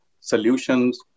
solutions